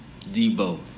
Debo